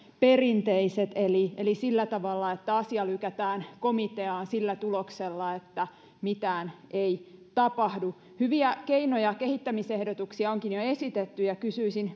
perinteiset eli eli sillä tavalla että asia lykätään komiteaan sillä tuloksella että mitään ei tapahdu hyviä keinoja kehittämisehdotuksia onkin jo esitetty ja kysyisin